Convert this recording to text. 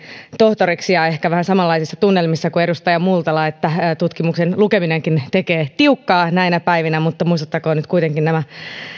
tohtoriksi ja olen ehkä vähän samanlaisissa tunnelmissa kuin edustaja multala että tutkimuksen lukeminenkin tekee tiukkaa näinä päivänä mutta muistuttakoot nyt kuitenkin nämä